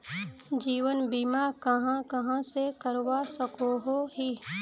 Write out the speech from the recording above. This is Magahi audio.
जीवन बीमा कहाँ कहाँ से करवा सकोहो ही?